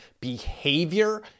behavior